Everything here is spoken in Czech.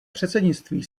předsednictví